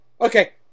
okay